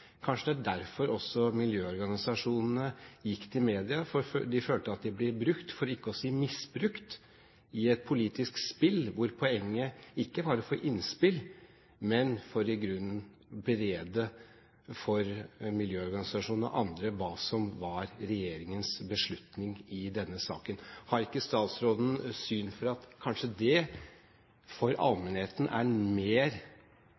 Kanskje det var derfor også miljøorganisasjonene gikk til media, fordi de følte at de ble brukt – for ikke å si misbrukt – i et politisk spill, hvor poenget ikke var å få innspill, men i grunnen å berede miljøorganisasjonene og andre på hva som var regjeringens beslutning i denne saken. Har ikke statsråden syn for at kanskje det for allmennheten er en mer